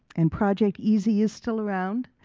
and project easi is still around.